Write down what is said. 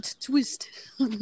twist